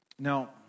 Now